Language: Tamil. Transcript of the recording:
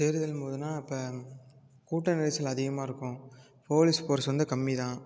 தேர்தலின் போதுன்னா அப்போ கூட்டம் நெரிசல் அதிகமாக இருக்கும் போலீஸ் போர்ஸ் வந்து கம்மி தான்